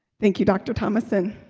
thank you. dr. thomason